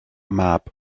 mab